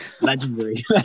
Legendary